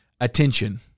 attention